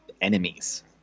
enemies